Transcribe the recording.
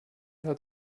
hat